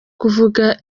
kuvuga